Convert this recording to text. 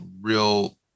real